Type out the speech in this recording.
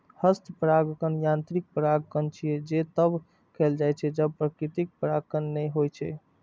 हस्त परागण यांत्रिक परागण छियै, जे तब कैल जाइ छै, जब प्राकृतिक परागण नै होइ छै